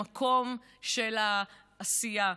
למקום של העשייה,